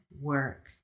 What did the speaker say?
work